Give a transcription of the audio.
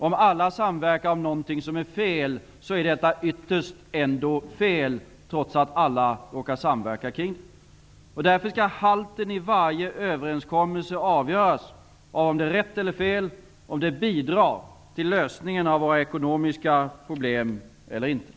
Om alla samverkar om någonting som är fel, är detta ytterst ändå fel, trots att alla råkar samverka kring det. Därför skall halten i varje överenskommelse avgöras av om den är rätt eller fel, av om den bidrar till lösandet av våra ekonomiska problem eller inte.